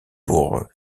pour